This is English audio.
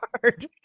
hard